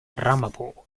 ramapo